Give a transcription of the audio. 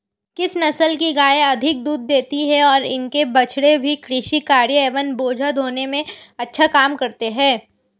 किस नस्ल की गायें अधिक दूध देती हैं और इनके बछड़े भी कृषि कार्यों एवं बोझा ढोने में अच्छा काम करते हैं?